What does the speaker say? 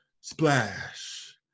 splash